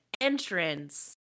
entrance